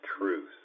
truth